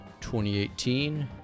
2018